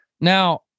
Now